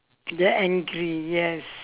get angry yes